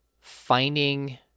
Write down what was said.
finding